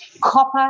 copper